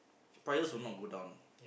prices will not go down